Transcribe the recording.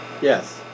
Yes